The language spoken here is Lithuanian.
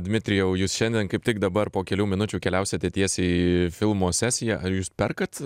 dmitrijau jūs šiandien kaip tik dabar po kelių minučių keliausite tiesiai į filmo sesiją ar jūs perkat